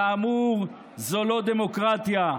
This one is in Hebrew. כאמור, זו לא דמוקרטיה.